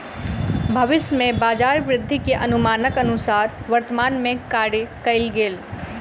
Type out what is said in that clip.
भविष्य में बजार वृद्धि के अनुमानक अनुसार वर्तमान में कार्य कएल गेल